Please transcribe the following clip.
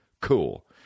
Cool